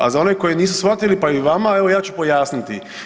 A za one koji nisu shvatili, pa i vama, evo ja ću pojasniti.